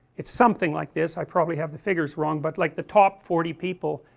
it something like this, i probably have the figures wrong but like the top forty people,